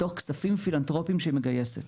מתוך כספים פילנתרופיים שהיא מגייסת,